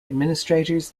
administrators